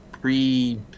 pre